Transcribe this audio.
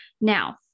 Now